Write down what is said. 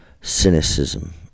cynicism